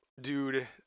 Dude